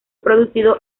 producido